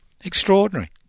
Extraordinary